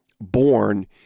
born